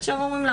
היא אומרת: